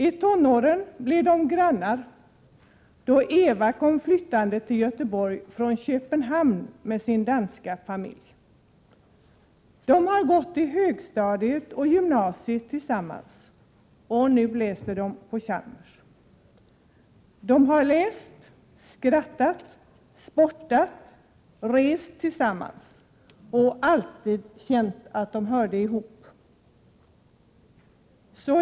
I tonåren blev de grannar, då Eva kom flyttande till Göteborg från Köpenhamn med sin danska familj. Flickorna har gått i högstadiet och gymnasiet tillsammans, och nu läser de på Chalmers. De harläst, skrattat, sportat och rest tillsammans och alltid känt att de hört ihop.